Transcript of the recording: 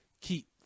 keep